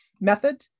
method